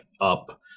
up